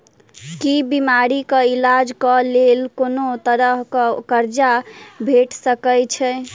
की बीमारी कऽ इलाज कऽ लेल कोनो तरह कऽ कर्जा भेट सकय छई?